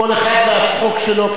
כל אחד והצחוק שלו,